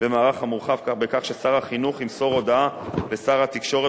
במערך המורחב בכך ששר החינוך ימסור הודעה לשר התקשורת,